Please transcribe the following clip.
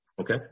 Okay